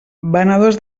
venedors